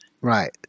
Right